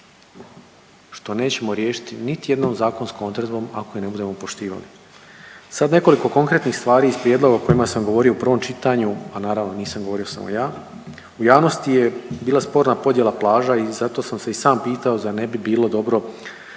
što nećemo riješiti niti jednom zakonskom odredbom ako je ne budemo poštivali. Sad nekoliko konkretnih stvari iz prijedloga o kojima sam govorio u prvom čitanju, a naravno nisam govorio samo ja. U javnosti je bila sporna podjela plaža i zato sam se i sam pitao zar ne bi bilo dobro